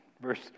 Verse